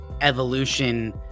evolution